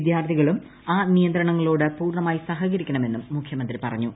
വിദ്യാർത്ഥികളും ആ നിയന്ത്രണങ്ങളോട് പൂർണമായി സഹകരിക്കണമെന്നും മുഖ്യമന്ത്രി പറഞ്ഞു